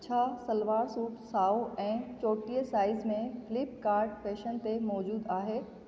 छा सलवार सूट साओ ऐं चोटीह साइज़ में फ़्लिपकार्ट फैशन ते मौजूदु आहे